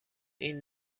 این